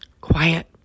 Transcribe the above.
quiet